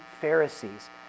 Pharisees